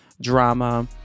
drama